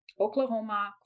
Oklahoma